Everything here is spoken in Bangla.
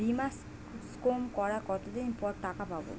বিমা ক্লেম করার কতদিন পর টাকা পাব?